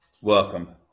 Welcome